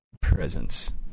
presence